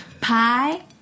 pie